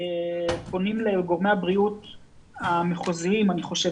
פונים לגורמי הבריאות המחוזיים, אני חושב.